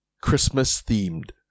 Christmas-themed